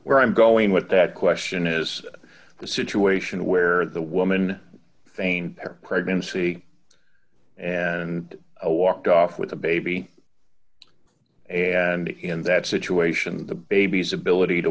where i'm going with that question is the situation where the woman feigned their pregnancy and walked off with the baby and in that situation the baby's ability to